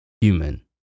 human